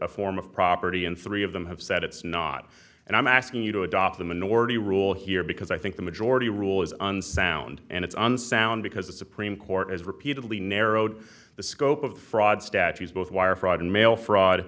a form of property and three of them have said it's not and i'm asking you to adopt the minority rule here because i think the majority rule is unsound and it's unsound because the supreme court has repeatedly narrowed the scope of fraud statutes both wire fraud and mail fraud